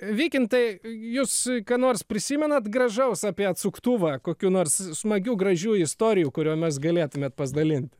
vykintai jūs ką nors prisimenat gražaus apie atsuktuvą kokių nors smagių gražių istorijų kuriomis galėtumėt pasdalint